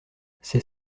c’est